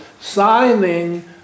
signing